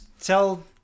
tell